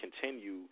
continue